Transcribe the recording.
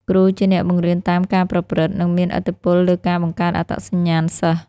គ្រូជាអ្នកបង្រៀនតាមការប្រព្រឹត្ត និងមានឥទ្ធិពលលើការបង្កើតអត្តសញ្ញាណសិស្ស។